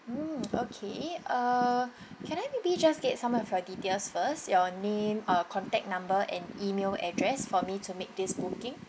mm okay uh can I maybe just get some of your details first your name uh contact number and email address for me to make this booking